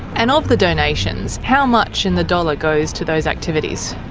and of the donations, how much in the dollar goes to those activities?